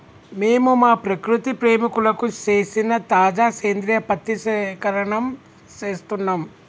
మేము మా ప్రకృతి ప్రేమికులకు సేసిన తాజా సేంద్రియ పత్తి సేకరణం సేస్తున్నం